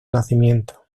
nacimiento